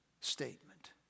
statement